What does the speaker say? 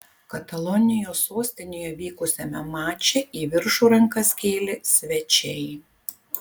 katalonijos sostinėje vykusiame mače į viršų rankas kėlė svečiai